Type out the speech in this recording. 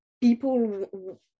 people